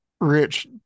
rich